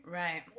right